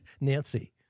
Nancy